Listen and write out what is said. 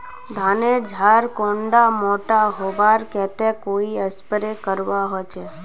धानेर झार कुंडा मोटा होबार केते कोई स्प्रे करवा होचए?